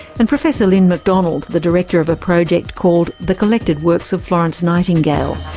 and professor lynn mcdonald, the director of a project called the collected works of florence nightingale.